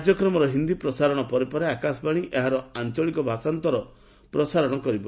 କାର୍ଯ୍ୟକ୍ମର ହିନ୍ଦୀ ପ୍ରସାରଣ ପରେ ପରେ ଆକାଶବାଣୀ ଏହାର ଆଞ୍ଞଳିକ ଭାଷାନ୍ତର ପ୍ରସାରଣ କରିବ